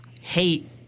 hate